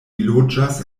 loĝas